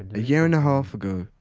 a year and a half ago,